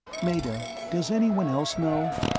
meta, does anyone else know?